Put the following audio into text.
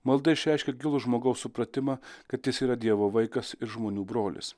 malda išreiškia gilų žmogaus supratimą kad jis yra dievo vaikas ir žmonių brolis